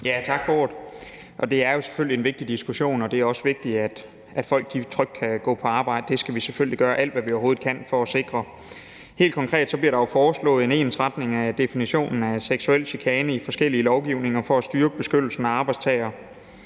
Tak for ordet. Det er selvfølgelig en vigtig diskussion, og det er også vigtigt, at folk trygt kan gå på arbejde. Det skal vi selvfølgelig gøre alt, hvad vi overhovedet kan, for at sikre. Helt konkret bliver der foreslået en ensretning af definitionen af seksuel chikane i forskellige lovgivninger for at styrke beskyttelsen af arbejdstagere.